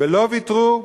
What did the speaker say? ולא ויתרו,